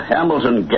Hamilton